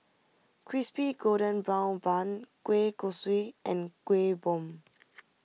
Crispy Golden Brown Bun Kueh Kosui and Kueh Bom